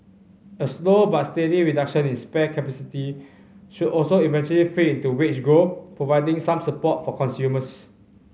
a slow but steady reduction in spare capacity should also eventually feed into wage growth providing some support for consumers